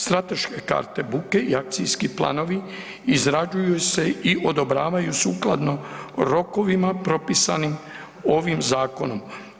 Strateške karte buke i akcijski planovi izrađuju se i odobravaju sukladno rokovima propisanim ovim zakonom.